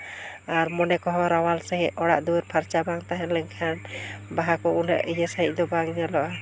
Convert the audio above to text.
ᱟᱨ ᱢᱚᱱᱮ ᱠᱚᱦᱚᱸ ᱨᱟᱣᱟᱞ ᱥᱟᱺᱦᱤᱡ ᱚᱲᱟᱜ ᱫᱩᱣᱟᱹᱨ ᱯᱷᱟᱨᱪᱟ ᱵᱟᱝ ᱛᱟᱦᱮᱸᱞᱮᱱᱠᱷᱟᱱ ᱵᱟᱦᱟ ᱠᱚ ᱩᱱᱟᱹᱜ ᱤᱭᱟᱹ ᱥᱟᱺᱦᱤᱡ ᱫᱚ ᱵᱟᱝ ᱧᱮᱞᱚᱜᱼᱟ